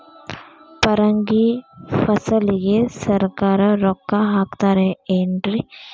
ಪರಂಗಿ ಫಸಲಿಗೆ ಸರಕಾರ ರೊಕ್ಕ ಹಾಕತಾರ ಏನ್ರಿ?